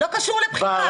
לא קשור לצבא.